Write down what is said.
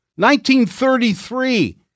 1933